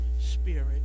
spirit